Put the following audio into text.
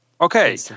Okay